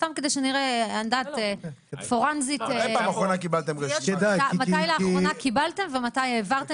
סתם כדי שנראה מתי לאחרונה קיבלתם ומתי העברתם.